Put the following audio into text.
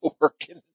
working